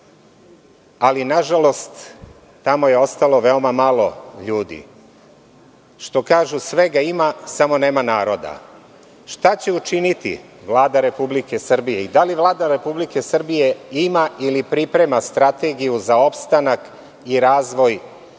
ali nažalost, tamo je ostalo veoma malo ljudi. Što kažu – svega ima, samo nema naroda. Šta će učiniti Vlada Republike Srbije? Da li Vlada Republike Srbijeima ili priprema strategiju za opstanak i razvoj